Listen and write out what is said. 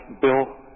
Bill